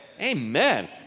Amen